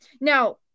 Now